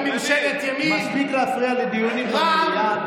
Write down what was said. מוסי רז, חבר הכנסת רז, שב.